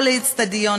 או לאצטדיון,